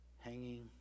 hanging